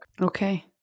Okay